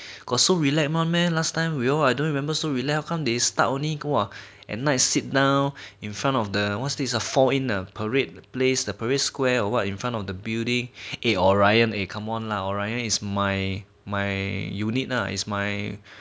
got so relax one meh last time we all I don't remember so relax how come they start only !wah! and nice sit down in front of the what's these ah fall in the parade place the parade square or what in front of the building eh orion eh come on lah orion is my my unit uh is my